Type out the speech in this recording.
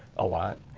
a lot,